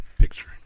picture